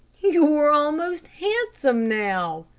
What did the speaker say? you're almost handsome now,